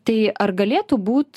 tai ar galėtų būt